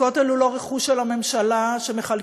הכותל הוא לא רכוש של הממשלה שמחלקים